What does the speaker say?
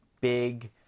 big